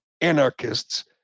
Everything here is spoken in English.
anarchists